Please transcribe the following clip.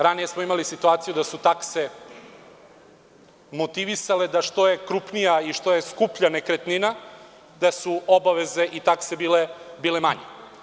Ranije smo imali situaciju da su takse motivisali da što je krupnija i što je skuplja nekretnina da su obaveze i takse bile manje.